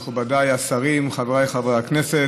מכובדיי השרים, חבריי חברי הכנסת,